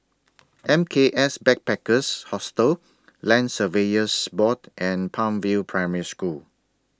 M K S Backpackers Hostel Land Surveyors Board and Palm View Primary School